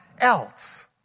else